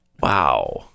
Wow